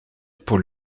pour